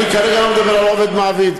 אני כרגע לא מדבר על עובד מעביד,